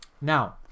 now